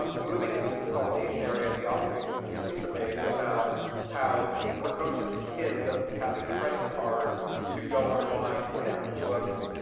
um moving into the consolidation area, the observation that teresa made about how the precocious kid doesn't have a credit card to go online and sample books,